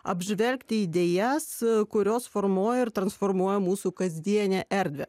apžvelgti idėjas kurios formuoja ir transformuoja mūsų kasdienę erdvę